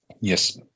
Yes